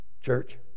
Church